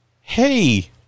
Hey